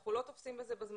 כשאנחנו לא תופסים את זה בזמן,